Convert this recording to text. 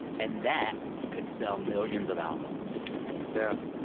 and that could sell millions of albums yeah.